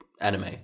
anime